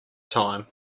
time